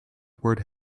word